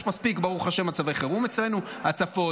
יש מספיק מצבי חירום אצלנו: הצפות,